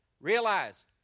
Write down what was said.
Realize